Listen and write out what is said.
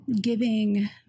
giving